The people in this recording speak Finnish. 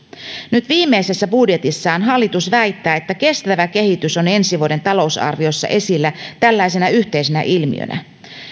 nyt viimeisessä budjetissaan hallitus väittää että kestävä kehitys on ensi vuoden talousarviossa esillä tällaisena yhteisenä ilmiönä